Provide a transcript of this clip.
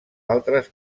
altres